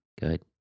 good